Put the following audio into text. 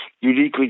uniquely